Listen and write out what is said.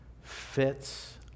fits